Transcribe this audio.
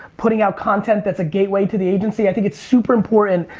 putting out content that's a gateway to the agency. i think it's super important.